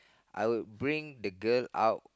I would bring the girl out